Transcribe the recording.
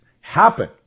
happen